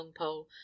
longpole